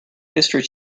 history